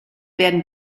werden